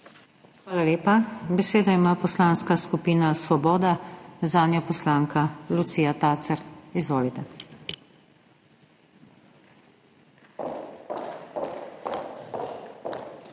Hvala lepa. Besedo ima Poslanska skupina Svoboda, zanjo poslanka Lucija Tacer. Izvolite.